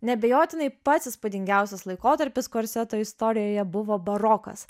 neabejotinai pats įspūdingiausias laikotarpis korseto istorijoje buvo barokas